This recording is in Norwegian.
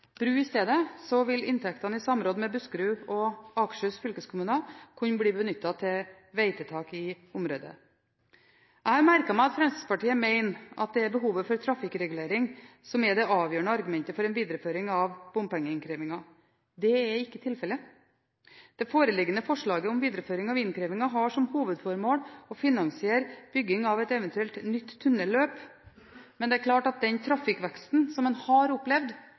bru i stedet, vil inntektene, i samråd med Buskerud og Akershus fylkeskommuner kunne bli benyttet til vegtiltak i området. Jeg har merket meg at Fremskrittspartiet mener at det er behovet for trafikkregulering som er det avgjørende argumentet for en videreføring av bompengeinnkrevingen. Det er ikke tilfellet. Det foreliggende forslaget om videreføringen av innkrevingen har som hovedformål å finansiere bygging av eventuelt nytt tunnelløp. Det er klart at den trafikkveksten som man har opplevd,